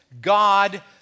God